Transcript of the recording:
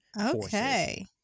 okay